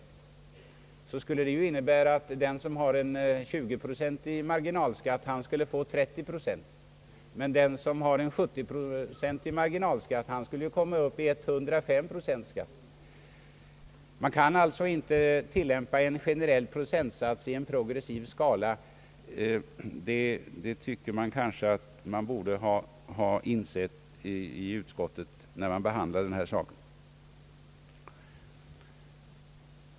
Det skulle innebära att en person som har en 20-procentig marginalskatt skulle få 30 procent i skatt, medan den som redan förut har 70 procent skulle komma upp i 105 procent. Man kan icke tillämpa en generell procentskatt med en progressiv skala. Det borde man ha insett i utskottet när man behandlade denna fråga.